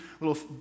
little